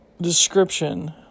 description